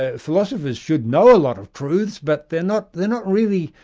ah philosophers should know a lot of truths, but they're not they're not really,